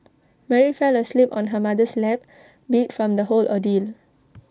Mary fell asleep on her mother's lap beat from the whole ordeal